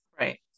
Right